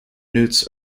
newts